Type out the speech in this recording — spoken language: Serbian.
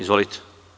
Izvolite.